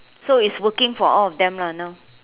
so it's working for all of them lah now